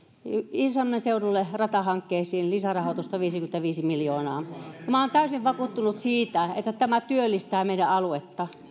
iisalmen seudulle ratahankkeisiin lisärahoitusta viisikymmentäviisi miljoonaa minä olen täysin vakuuttunut siitä että tämä työllistää meidän aluettamme